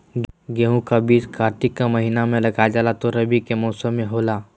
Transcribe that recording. गेहूं का बीज को कार्तिक के महीना में लगा जाला जो रवि के मौसम में होला